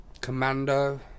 Commando